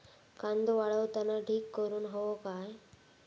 कांदो वाळवताना ढीग करून हवो काय?